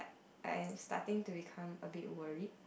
I am starting to become a bit worried